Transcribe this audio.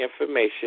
information